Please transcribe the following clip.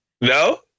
No